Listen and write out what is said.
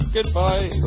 Goodbye